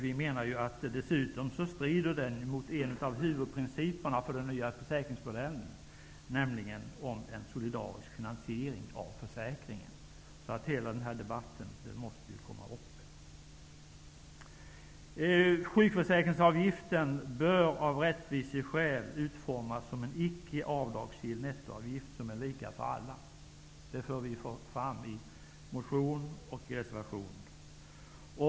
Vi menar att den dessutom strider mot en av huvudprinciperna för den nya försäkringsmodellen, nämligen den om en solidarisk finansiering av försäkringen. Hela den bebatten måste komma i gång. Sjukförsäkringsavgiften bör av rättviseskäl utformas som en icke avdragsgill nettoavgift som är lika för alla. Det för vi fram i vår motion och reservation.